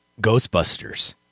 Ghostbusters